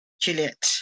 Juliet